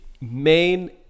main